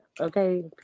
okay